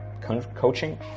coaching